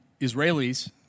Israelis